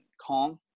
calm